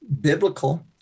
biblical